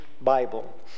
Bible